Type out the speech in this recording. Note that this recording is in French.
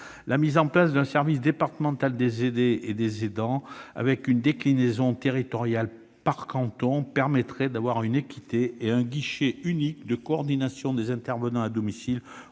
La mise en place d'un service départemental des aînés et des aidants, avec une déclinaison territoriale par canton, permettrait d'instaurer une équité et un guichet unique de coordination des intervenants à domicile